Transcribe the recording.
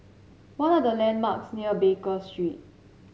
what are the landmarks near Baker Street